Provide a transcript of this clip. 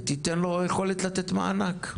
ושתתן לו יכולת לתת מענק.